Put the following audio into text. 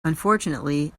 unfortunately